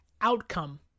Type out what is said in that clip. outcome